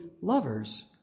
lovers